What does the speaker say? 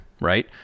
right